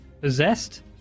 possessed